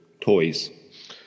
toys